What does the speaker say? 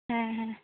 ᱦᱮᱸ ᱦᱮᱸ